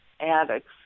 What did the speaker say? addicts